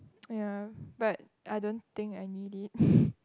!aiya! but I don't think I need it